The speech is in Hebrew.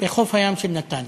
בחוף הים של נתניה,